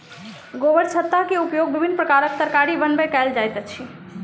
गोबरछत्ता के उपयोग विभिन्न प्रकारक तरकारी बनबय कयल जाइत अछि